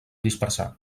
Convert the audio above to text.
dispersar